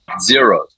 zero